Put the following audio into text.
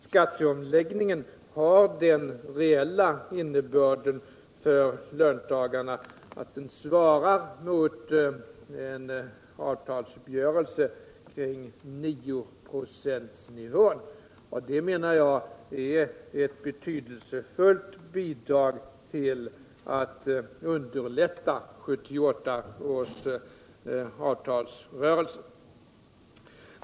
Skatteomläggningen har den reella innebörden för löntagarna att den svarar mot en avtalsuppgörelse kring nioprocentsnivån, och det menar jag är ett betydelsefullt bidrag till att underlätta 1978 års avtalsrörelse.